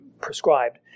prescribed